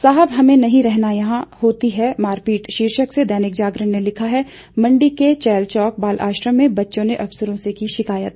साहब हमें नहीं रहना यहां होती है मारपीट शीर्षक से दैनिक जागरण ने लिखा है मंडी के चेलचौक बाल आश्रम के बच्चों ने अफसरों से की शिकायत